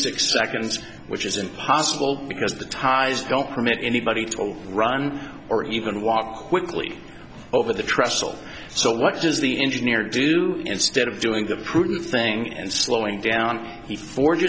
six seconds which is impossible because the ties don't permit anybody to run or even walk quickly over the trestle so what does the engineer do instead of doing the prudent thing and slowing down he forge